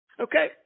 Okay